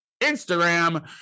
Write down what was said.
Instagram